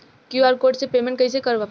QR code से payment कईसे कर पाएम?